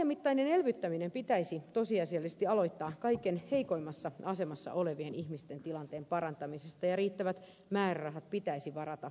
laajamittainen elvyttäminen pitäisi tosiasiallisesti aloittaa kaikkein heikoimmassa asemassa olevien ihmisten tilanteen parantamisesta ja riittävät määrärahat pitäisi varata jo kehyksiin